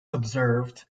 observed